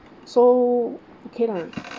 so okay lah